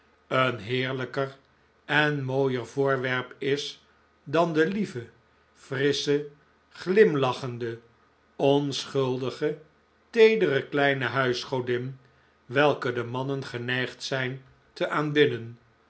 een heerlijker en mooier voorwerp is dan de lieve frissche glimlachende onschuldige teedere kleine huisgodin welke de mannen geneigd zijn te